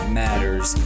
matters